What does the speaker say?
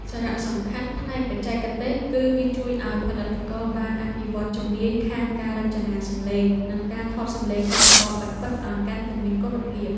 សារៈសំខាន់ផ្នែកបច្ចេកទេសគឺវាជួយឱ្យផលិតករបានអភិវឌ្ឍជំនាញខាង ការរចនាសំឡេង និងការថតសំឡេងឧបករណ៍ពិតៗឱ្យកាន់តែមានគុណភាព។